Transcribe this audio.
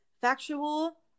factual